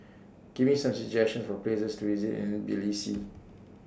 Give Me Some suggestions For Places to visit in Tbilisi